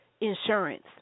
insurance